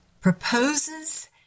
proposes